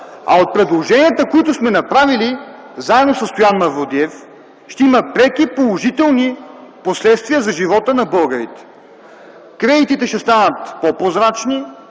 От предложенията, които сме направили заедно със Стоян Мавродиев, ще има преки положителни последствия за живота на българите: кредитите ще станат по-прозрачни,